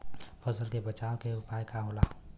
फसल के बचाव के उपाय का होला?